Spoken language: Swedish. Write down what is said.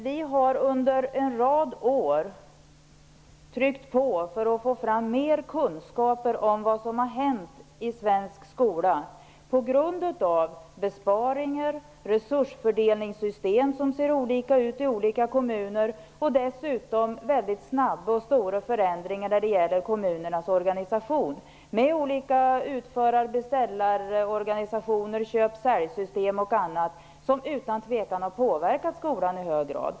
Vi har under en rad av år tryckt på för att få fram mer kunskaper om vad som har hänt i den svenska skolan på grund av besparingar, resursfördelningssystem - som ser olika ut i olika kommuner - och snabba och stora förändringar när det gäller kommunernas organisation. Olika utförar och beställarorganisationer, köpa-sälj-system och annat har utan tvivel påverkat skolan i hög grad.